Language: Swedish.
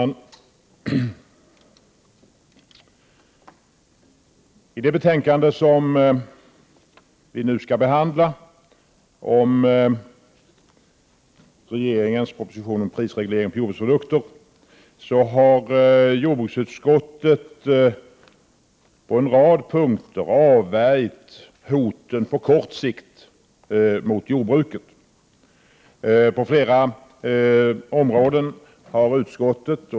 När det gäller det betänkande som vi nu har att diskutera, vilket behandlar regeringens proposition om prisregleringen på jordbruksprodukter, har jordbruksutskottet på en rad punkter på kort sikt avvärjt hoten mot jordbruket.